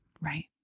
Right